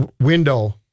window